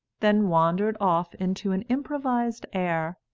then wandered off into an improvised air,